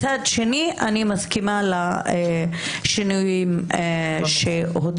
מצד שני, אני מסכימה לשינויים שהוצעו.